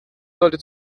sollte